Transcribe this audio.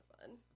fun